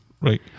Right